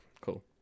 cool